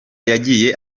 yagiye